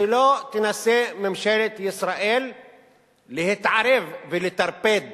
שלא תנסה ממשלת ישראל להתערב ולטרפד